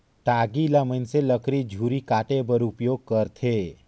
टागी ल मइनसे लकरी झूरी काटे बर उपियोग करथे